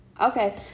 Okay